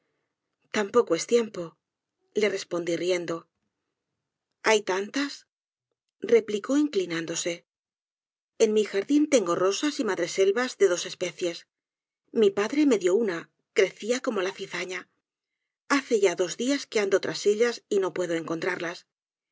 tampocu s tiempo le respondí riendo hay tantas replicó inclinándose en mi jardín tengo rosas y madreselvas de dos especies mi padre me dio una crecía como la cizaña hace ya dos días que ando tras ellas y no pueda encontrarlas